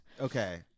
Okay